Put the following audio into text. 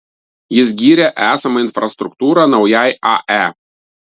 jis gyrė esamą infrastruktūrą naujai ae